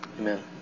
Amen